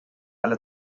alle